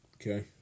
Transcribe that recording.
okay